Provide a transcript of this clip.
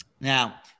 Now